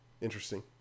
Interesting